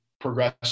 progress